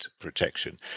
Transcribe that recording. protection